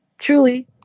Truly